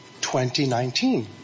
2019